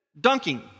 Dunking